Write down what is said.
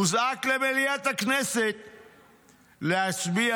הוזעק למליאת הכנסת להצביע,